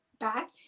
Back